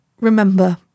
remember